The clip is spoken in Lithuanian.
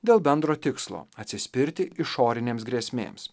dėl bendro tikslo atsispirti išorinėms grėsmėms